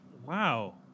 Wow